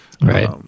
right